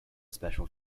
special